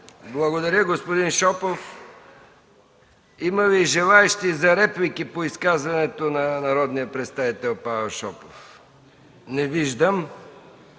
Благодаря, господин Шопов. Има ли желаещи за реплики по изказването на народния представител Павел Шопов? Не виждам.